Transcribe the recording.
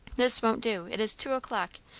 this won't do. it is two o'clock.